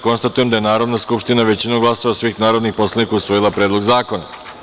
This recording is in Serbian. Konstatujem da je Narodna skupština, većinom glasova svih narodnih poslanika, usvojila Predlog zakona.